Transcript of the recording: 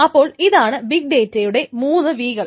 അപ്പോൾ ഇതാണ് ബിഗ് ഡേറ്റയുടെ 3 v കൾ